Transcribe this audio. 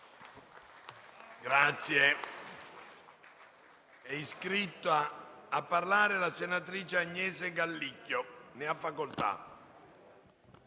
Grazie